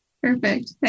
Perfect